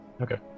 Okay